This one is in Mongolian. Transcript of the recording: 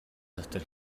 дотор